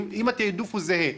התעדוף הוא זהה.